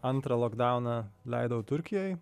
antrą lokdauną leidau turkijoj